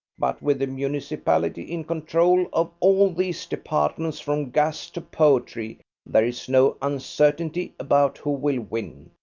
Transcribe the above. but with the municipality in control of all these departments from gas to poetry there is no uncertainty about who will win,